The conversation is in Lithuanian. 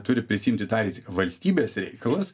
turi prisiimti tą riziką valstybės reikalas